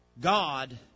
God